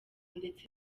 ndetse